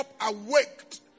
awaked